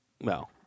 No